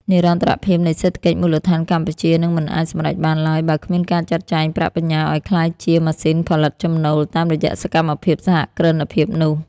និរន្តរភាពនៃសេដ្ឋកិច្ចមូលដ្ឋានកម្ពុជានឹងមិនអាចសម្រេចបានឡើយ បើគ្មានការចាត់ចែងប្រាក់បញ្ញើឱ្យក្លាយជា "ម៉ាស៊ីនផលិតចំណូល" តាមរយៈសកម្មភាពសហគ្រិនភាពនោះ។